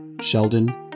Sheldon